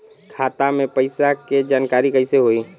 खाता मे पैसा के जानकारी कइसे होई?